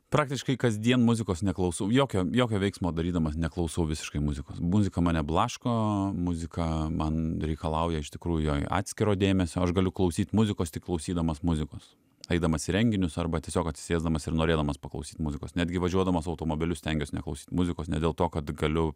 praktiškai kasdien muzikos neklausau jokio jokio veiksmo darydamas neklausau visiškai muzikos muzika mane blaško muzika man reikalauja iš tikrųjų atskiro dėmesio aš galiu klausyt muzikos tik klausydamas muzikos eidamas į renginius arba tiesiog atsisėsdamas ir norėdamas paklausyt muzikos netgi važiuodamas automobiliu stengiuos neklausyt muzikos ne dėl to kad galiu